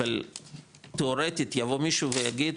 אבל תאורטית יבוא מישהו ויגיד,